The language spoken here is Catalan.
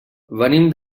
venim